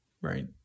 right